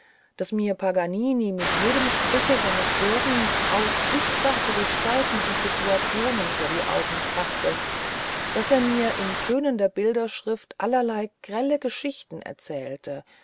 daß mir paganini mit jedem striche seines bogens auch sichtbare gestalten und situationen vor die augen brachte daß er mir in tönender bilderschrift allerlei grelle geschichten erzählte